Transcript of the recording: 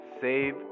save